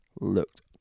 Looked